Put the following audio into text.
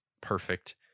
perfect